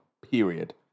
Period